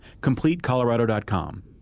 CompleteColorado.com